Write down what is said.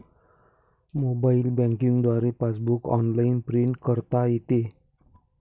mobile banking द्वारे passbook online print करता येते